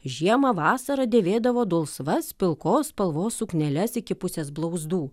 žiemą vasarą dėvėdavo dulsvas pilkos spalvos sukneles iki pusės blauzdų